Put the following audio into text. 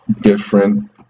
different